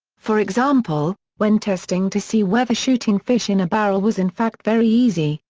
for example, when testing to see whether shooting fish in a barrel was in fact very easy,